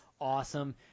awesome